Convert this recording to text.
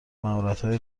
مهراتهای